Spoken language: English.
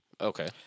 Okay